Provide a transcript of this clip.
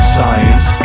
Science